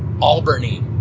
Albany